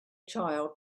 child